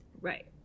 Right